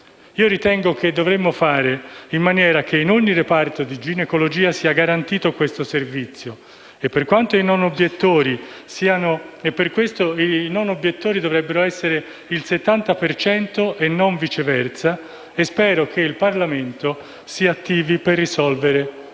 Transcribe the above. Ritengo che dovremmo fare in maniera che in ogni reparto di ginecologia sia garantito questo servizio e per questo i non obiettori dovrebbero essere il 70 per cento e non viceversa. Spero che il Parlamento si attivi per risolvere questo